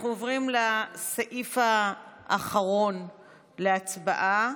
אנחנו עוברים לסעיף האחרון להצבעה: